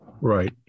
Right